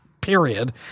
period